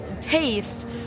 taste